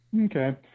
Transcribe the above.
Okay